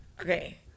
Okay